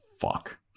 fuck